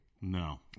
No